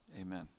amen